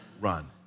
run